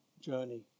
journey